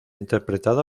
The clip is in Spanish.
interpretada